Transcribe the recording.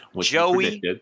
Joey